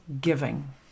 giving